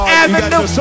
avenue